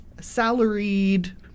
salaried